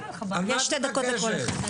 על מה את מתעקשת?